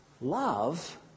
Love